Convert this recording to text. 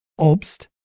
Obst